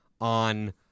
on